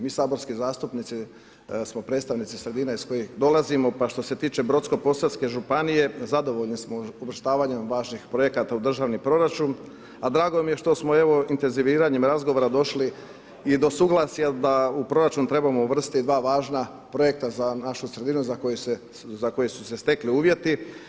Mi saborski zastupnici smo predstavnici sredine iz kojih dolazimo, pa što se tiče Brodsko-posavske županije, zadovoljni smo uvrštavanjem važnih projekata u državni proračun, a drago mi je, evo, što smo, evo, intenziviranjem razgovora došli i do suglasja da u proračun trebamo uvrstiti dva važna projekta za našu sredinu, za koje su se stekli uvjeti.